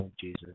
Jesus